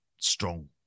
strong